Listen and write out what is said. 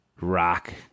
rock